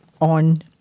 on